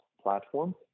platform